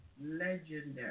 Legendary